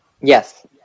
Yes